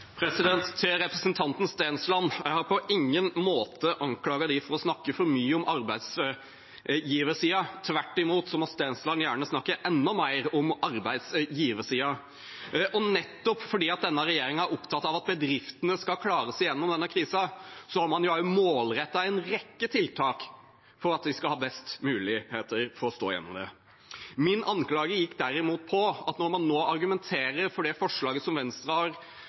Til representanten Stensland: Jeg har på ingen måte anklaget dem for å snakke for mye om arbeidsgiversiden. Tvert imot må Stensland gjerne snakke enda mer om arbeidsgiversiden. Nettopp fordi denne regjeringen er opptatt av at bedriftene skal klare seg gjennom denne krisen, har man målrettet en rekke tiltak for at vi skal ha de beste mulighetene for å stå gjennom dette. Min anklage gikk derimot på at når man nå argumenterer for det forslaget som Venstre har